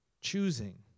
Choosing